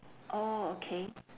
orh okay